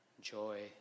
Joy